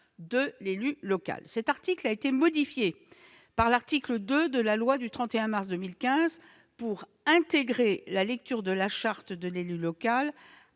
de l'élu local [...]» Cet article a été modifié par l'article 2 de la loi du 31 mars 2015 pour intégrer la lecture de la charte de l'élu local